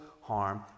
harm